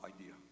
idea